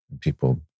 people